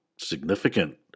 significant